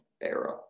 era